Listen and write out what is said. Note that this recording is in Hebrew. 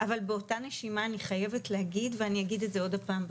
אבל באותה נשימה אני חייבת להגיד ואני אגיד את זה עוד פעם.